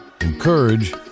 encourage